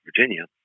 Virginia